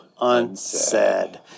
unsaid